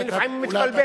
אני לפעמים מתבלבל.